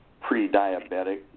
pre-diabetic